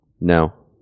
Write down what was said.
No